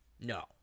No